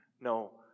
No